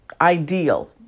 ideal